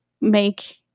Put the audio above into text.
make